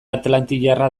atlantiarra